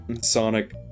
Sonic